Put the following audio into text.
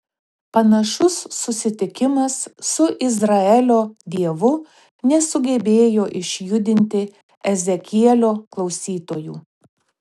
panašus susitikimas su izraelio dievu nesugebėjo išjudinti ezekielio klausytojų